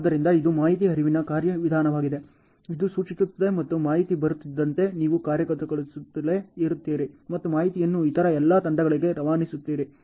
ಆದ್ದರಿಂದ ಇದು ಮಾಹಿತಿ ಹರಿವಿನ ಕಾರ್ಯವಿಧಾನವಾಗಿದೆ ಇದು ಸೂಚಿಸುತ್ತದೆ ಮತ್ತು ಮಾಹಿತಿ ಬರುತ್ತಿದ್ದಂತೆ ನೀವು ಕಾರ್ಯಗತಗೊಳಿಸುತ್ತಲೇ ಇರುತ್ತೀರಿ ಮತ್ತು ಮಾಹಿತಿಯನ್ನು ಇತರ ಎಲ್ಲ ತಂಡಗಳಿಗೆ ರವಾನಿಸುತ್ತೀರಿ